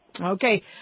Okay